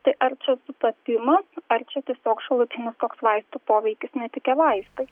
tai ar čia sutapimas ar čia tiesiog šalutinis toks vaistų poveikis netikę vaistai